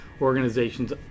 organizations